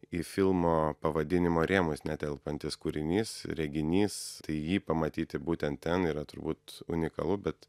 į filmo pavadinimo rėmus netelpantis kūrinys reginys tai jį pamatyti būtent ten yra turbūt unikalu bet